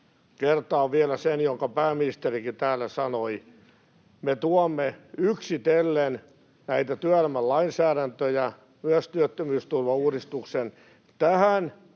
Kertaan vielä sen, jonka pääministerikin täällä sanoi: Me tuomme yksitellen näitä työelämän lainsäädäntöjä — myös työttömyysturvan uudistuksen — tähän